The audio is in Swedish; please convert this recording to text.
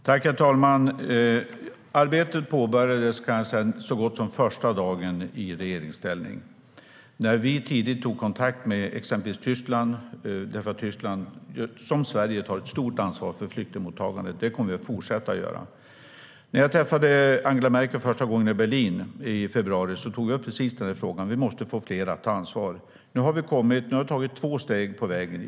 Herr talman! Arbetet påbörjades så gott som första dagen i regeringsställning. Vi tog tidigt kontakt med exempelvis Tyskland, då Tyskland liksom Sverige tar ett stort ansvar för flyktingmottagandet. Det kommer vi också att fortsätta att göra. När jag träffade Angela Merkel i Berlin i februari tog vi upp precis den här frågan. Vi måste få fler att ta ansvar. Nu har vi tagit två steg på vägen.